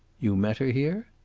you met her here?